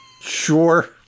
Sure